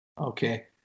Okay